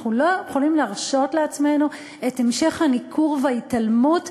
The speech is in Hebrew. אנחנו לא יכולים להרשות לעצמנו את המשך הניכור וההתעלמות